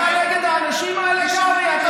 אתה נגד האנשים האלה, קרעי?